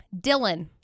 Dylan